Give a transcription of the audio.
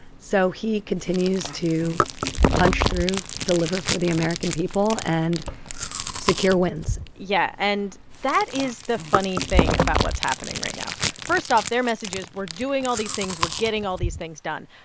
so he continues to punch through, deliver for the american people and secure wins yeah, and that is the funny thing about what's happening right now. first off, their message is, we're doing all these things we're getting all these things done.